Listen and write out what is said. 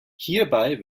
hierbei